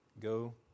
go